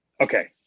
okay